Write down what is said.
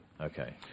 Okay